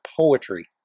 poetry